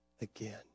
again